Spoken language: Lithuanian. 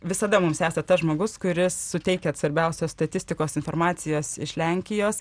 visada mums esat tas žmogus kuris suteikiat svarbiausios statistikos informacijos iš lenkijos